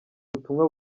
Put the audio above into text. ubutumwa